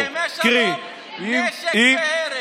הסכמי שלום, נשק והרס.